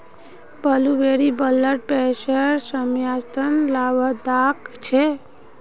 blueberry blood प्रेशरेर समस्यात लाभदायक छे